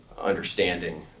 understanding